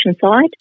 side